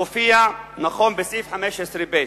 המופיעה בסעיף 15(ב).